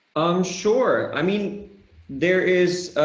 um, sure, i mean there is,